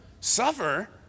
Suffer